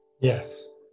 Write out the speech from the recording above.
yes